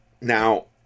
now